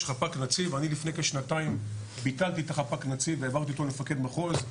אני לפני כשנתיים ביטלתי את החפ"ק נציב והעברתי אותו למפקד מחוז,